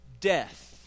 death